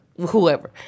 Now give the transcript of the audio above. whoever